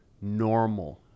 normal